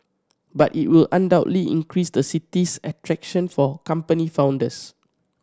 but it will undoubtedly increase the city's attraction for company founders